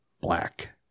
black